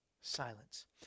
silence